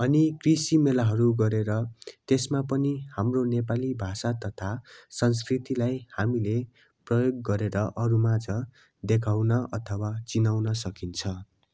अनि कृषि मेलाहरू गरेर त्यसमा पनि हाम्रो नेपाली भाषा तथा संस्कृतिलाई हामीले प्रयोग गरेर अरूमाझ देखाउन अथवा चिनाउन सकिन्छ